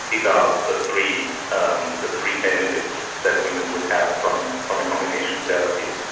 these are the three um the three benefits that women would have from from a combination therapy.